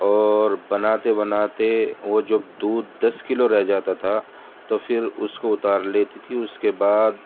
اور بناتے بناتے وہ جب دودھ دس کلو رہ جاتا تھا تو پھر اس کو اتار لیتی تھی اس کے بعد